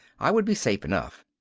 i would be safe enough.